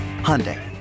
Hyundai